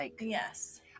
Yes